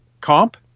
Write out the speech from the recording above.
comp